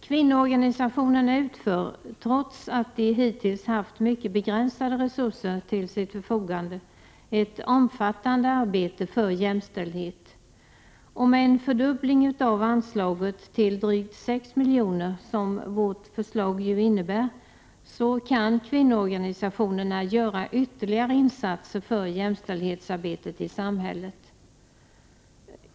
Kvinnoorganisationerna utför — trots att de hittills haft mycket begränsade resurser till sitt förfogande — ett omfattande arbete för jämställdhet. Med en fördubbling av anslaget till drygt 6 milj.kr. — som vårt förslag ju innebär — kan kvinnoorganisationerna göra ytterligare insatser för jämställdhetsarbetet i samhället.